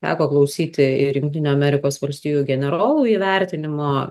teko klausyti ir jungtinių amerikos valstijų generolų įvertinimo